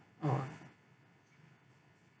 ah